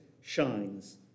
shines